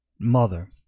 mother